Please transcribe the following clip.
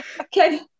Okay